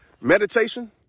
Meditation